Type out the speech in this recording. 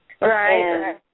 Right